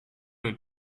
del